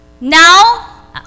Now